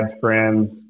friends